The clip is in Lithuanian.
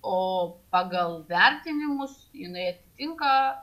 o pagal vertinimus jinai atitinka